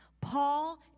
Paul